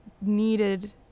needed